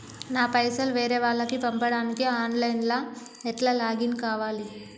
నా పైసల్ వేరే వాళ్లకి పంపడానికి ఆన్ లైన్ లా ఎట్ల లాగిన్ కావాలి?